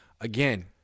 Again